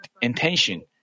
intention